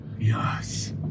Yes